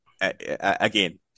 Again